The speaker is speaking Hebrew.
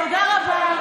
תודה רבה,